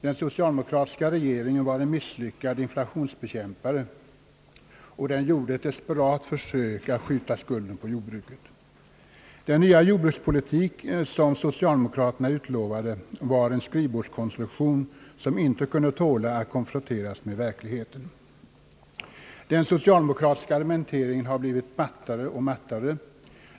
Den socialdemokratiska regeringen var en misslyckad inflationsbekämpare, och den gjorde ett desperat försök att skjuta skulden på jordbruket. Den nya jord brukspolitik, som socialdemokraterna utlovade, var en skrivbordskonstruktion, som inte kunde tåla att konfronteras med verkligheten. Den socialdemokratiska argumenteringen har blivit mattare och mattare.